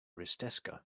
risteska